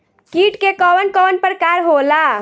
कीट के कवन कवन प्रकार होला?